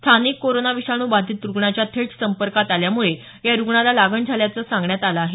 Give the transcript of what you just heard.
स्थानिक कोरोना विषाणू बाधित रूग्णाच्या थेट संपर्कात आल्यामुळं या रूग्णाला लागण झाल्याचं सांगण्यात आलं आहे